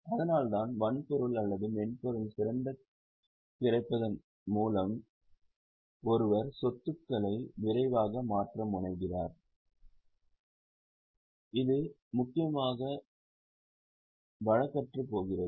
அதனால்தான் வன்பொருள் அல்லது சிறந்த மென்பொருளின் கிடைப்பதன் மூலம் ஒருவர் சொத்துகளை விரைவாக மாற்ற முனைகிறார் இது முக்கியமாக வழக்கற்றுப்போகிறது